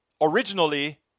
originally